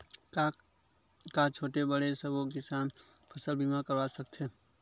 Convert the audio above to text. का छोटे बड़े सबो किसान फसल बीमा करवा सकथे?